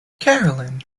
carolyn